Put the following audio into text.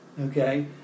okay